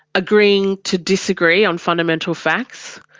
agreeing to disagree on fundamental facts,